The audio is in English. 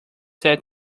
said